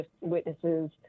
witnesses